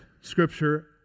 Scripture